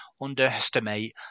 underestimate